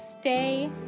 stay